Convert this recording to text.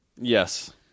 Yes